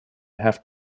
have